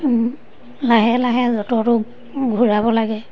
লাহে লাহে যঁতৰটো ঘূৰাব লাগে